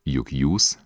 juk jūs